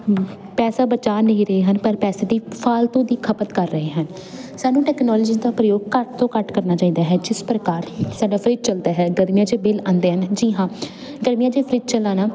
ਪੈਸਾ ਬਚਾ ਨਹੀਂ ਰਹੇ ਹਨ ਪਰ ਪੈਸੇ ਦੀ ਫਾਲਤੂ ਦੀ ਖਪਤ ਕਰ ਰਹੇ ਹਨ ਸਾਨੂੰ ਟੈਕਨੋਲੋਜੀ ਦਾ ਪ੍ਰਯੋਗ ਘੱਟ ਤੋਂ ਘੱਟ ਕਰਨਾ ਚਾਹੀਦਾ ਹੈ ਜਿਸ ਪ੍ਰਕਾਰ ਸਾਡਾ ਫਰਿੱਜ ਚੱਲਦਾ ਹੈ ਗਰਮੀਆਂ 'ਚ ਬਿੱਲ ਆਉਂਦੇ ਹਨ ਜੀ ਹਾਂ ਗਰਮੀਆਂ 'ਚ ਫਰਿੱਜ ਚਲਾਉਣਾ